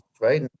Right